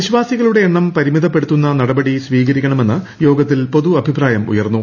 വിശ്വാസ്തീകളുടെ എണ്ണം പരിമിതപ്പെടുത്തുന്ന നടപടി സ്വീകരിക്കണ്ട്മുന്ന് യോഗത്തിൽ പൊതു അഭിപ്രായം ഉയർന്നു